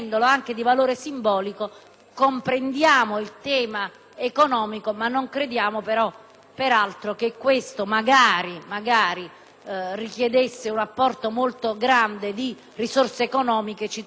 peraltro che questo emendamento richieda un apporto molto rilevante di risorse economiche. Ci troveremmo di fronte ad una collaborazione molto forte da parte di questi soggetti e in tal caso forse varrebbe la pena